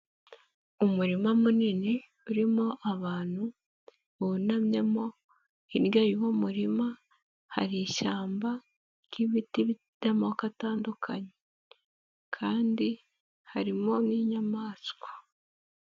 Umurima munini urimo abantu bunamyemo, hirya y'uwo murima hari ishyamba ry'ibiti by'amoko atandukanye kandi harimo n'inyamaswa.